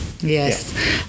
Yes